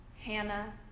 Hannah